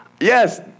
Yes